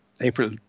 April